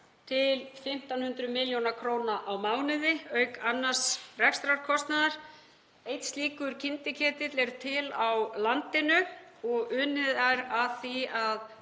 800– 1.500 millj. kr. á mánuði auk annars rekstrarkostnaðar. Einn slíkur kyndiketill er til á landinu og unnið er að því að